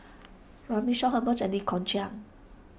Runme Shaw Herman and Lee Kong Chian